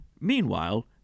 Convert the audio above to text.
Meanwhile